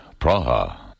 Praha